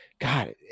God